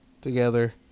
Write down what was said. together